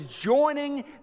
joining